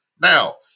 Now